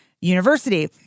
University